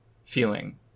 feeling